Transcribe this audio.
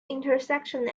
intersection